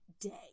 day